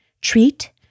treat